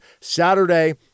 Saturday